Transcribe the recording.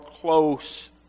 close